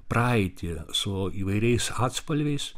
praeitį su įvairiais atspalviais